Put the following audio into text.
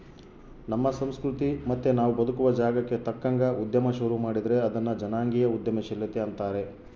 ನಮ್ಮ ಸಂಸ್ಕೃತಿ ಮತ್ತೆ ನಾವು ಬದುಕುವ ಜಾಗಕ್ಕ ತಕ್ಕಂಗ ಉದ್ಯಮ ಶುರು ಮಾಡಿದ್ರೆ ಅದನ್ನ ಜನಾಂಗೀಯ ಉದ್ಯಮಶೀಲತೆ ಅಂತಾರೆ